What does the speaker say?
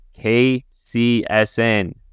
KCSN